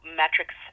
metrics